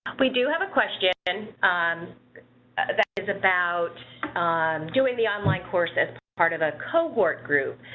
we do have a question on that is about doing the online courses part of a cohort group.